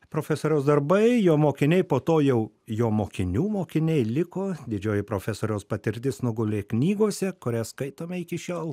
profesoriaus darbai jo mokiniai po to jau jo mokinių mokiniai liko didžioji profesoriaus patirtis nugulė knygose kurias skaitome iki šiol